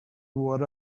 what